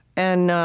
and